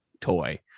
toy